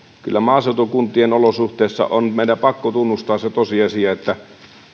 kyllä maaseutukuntien olosuhteissa on meidän pakko tunnustaa se tosiasia että